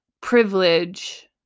privilege